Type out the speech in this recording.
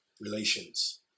relations